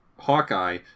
Hawkeye